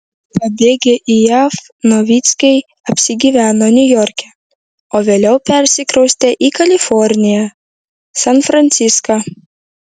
pabėgę į jav novickiai apsigyveno niujorke o vėliau persikraustė į kaliforniją san franciską